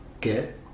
get